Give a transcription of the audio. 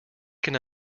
can